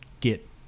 get